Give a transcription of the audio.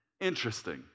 interesting